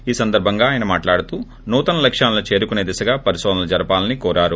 ఈ సందర్భంగా ఆయన మాట్లాడుతూ నూతన లక్ష్మాలను చేరుకునే దిశగా పరిశోధనలు జరపాలని కోరారు